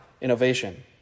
Innovation